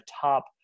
top